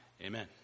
Amen